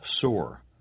sore